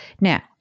Now